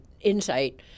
insight